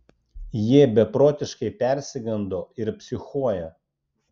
jie beprotiškai persigando ir psichuoja